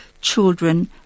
children